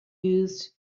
used